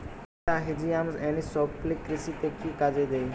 মেটাহিজিয়াম anisopliae কৃষিতে কি কাজে দেয়?